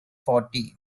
fourty